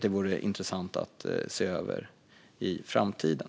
Det vore intressant att se över i framtiden.